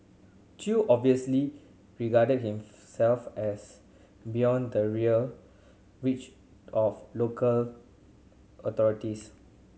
Chew obviously regarded himself as beyond the rare reach of local authorities